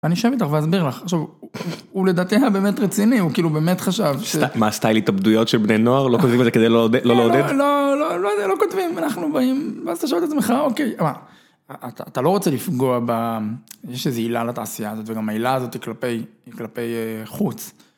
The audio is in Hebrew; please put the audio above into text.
אני אשב איתך ואסביר לך, עכשיו, הוא לדעתי היה באמת רציני, הוא באמת חשב. מה, סטייל התאבדויות של בני נוער? לא כותבים את זה כדי לא לעודד? לא, לא, לא, לא כותבים, אנחנו באים, ואז אתה שואל את עצמך, אוקיי, אבל, אתה לא רוצה לפגוע, יש איזו הילה לתעשייה הזאת, וגם ההילה הזאת היא כלפי, כלפי חוץ.